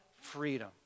freedom